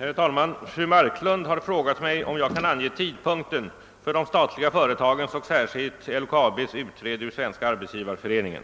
Herr talman! Fru Marklund har frågat mig, om jag kan ange tidpunkten för de statliga företagens och särskilt LKAB:s utträde ur Svenska arbetsgivareföreningen.